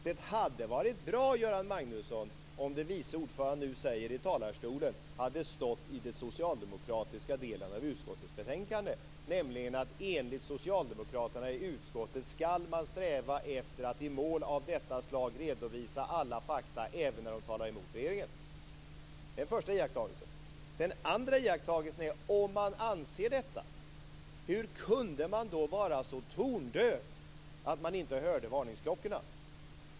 Det hade varit bra, Göran Magnusson, om det vice ordföranden nu säger i talarstolen hade stått i den socialdemokratiska delen av utskottets betänkande. Det borde ha stått att enligt socialdemokraterna i utskottet skall man sträva efter att i mål av detta slag redovisa alla fakta även när de talar emot regeringen. Det är den första iakttagelsen. Den andra iakttagelsen är att om man anser detta, hur kunde man då vara så tondöv att man inte hörde varningsklockorna?